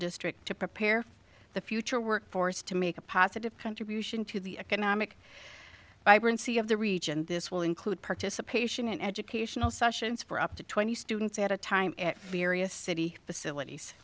district to prepare the future workforce to make a positive contribution to the economic vibrancy of the region this will include participation in educational sessions for up to twenty students at a time at various city facilities